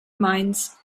mainz